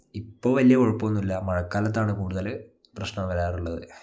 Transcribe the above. ഇപ്പോൾ വലിയ കുഴപ്പം ഒന്നും ഇല്ല മഴക്കാലത്താണ് കൂടുതൽ പ്രശ്നം വരാറുള്ളത്